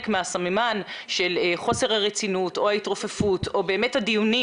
מהסממן של חוסר הרצינות או ההתרופפות או באמת הדיונים